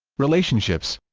relationships